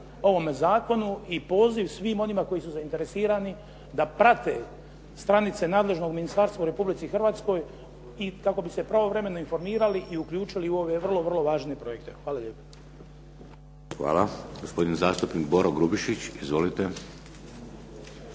ovome zakonu i poziv svim onima koji su zainteresirani da prate stranice nadležnog ministarstva u Republici Hrvatskoj i kako bi se pravovremeno informirali i uključili u ove vrlo, vrlo važne projekte. Hvala lijepo. **Šeks, Vladimir (HDZ)** Hvala. Gospodin zastupnik Boro Grubišić. Izvolite.